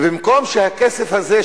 ובמקום שהכסף הזה,